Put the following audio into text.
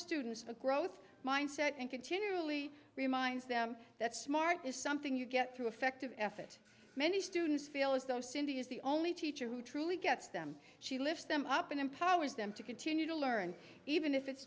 students a growth mindset and continually reminds them that smart is something you get through affective effet many students feel as though cindy is the only teacher who truly gets them she lifts them up and empowers them to continue to learn even if it's